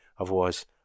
Otherwise